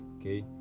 okay